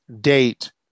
date